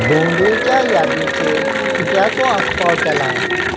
भोंवडेच्या यादीचेर कित्याचो आस्पाव केला